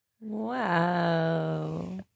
Wow